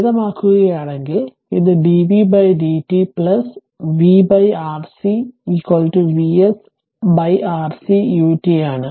ലളിതമാക്കുകയാണെങ്കിൽ ഇത് dv dt v Rc Vs Rc ut ആണ്